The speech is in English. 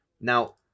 Now